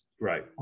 right